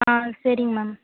ஆ சரிங்க மேம்